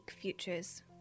futures